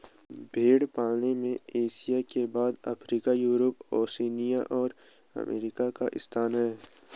भेंड़ पालन में एशिया के बाद अफ्रीका, यूरोप, ओशिनिया और अमेरिका का स्थान है